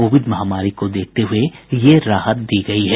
Covid महामारी को देखते हुए यह राहत दी गई है